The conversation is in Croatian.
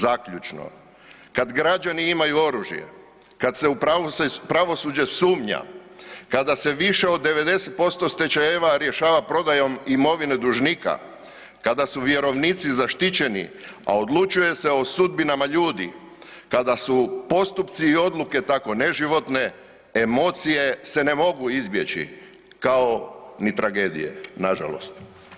Zaključno, kad građani imaju oružje, kad se u pravosuđe sumnja, kada se više od 90% stečajeva rješava prodajom imovine dužnika, kada su vjerovnici zaštićeni a odlučuje se o sudbinama ljudi, kada su postupci i odluke tako neživotne, emocije se ne mogu izbjeći kao ni tragedije, nažalost.